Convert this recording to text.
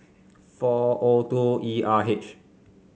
four O two E R H